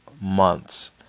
months